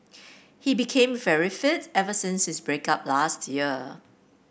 he became very fit ever since his break up last year